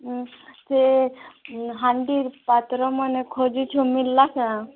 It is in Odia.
ଉଁ ସେ ହାଣ୍ଡି ପାତ୍ରମାନ ଖୋଜୁଛୁ ମିଲ୍ଲା କେ